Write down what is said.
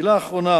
מלה אחרונה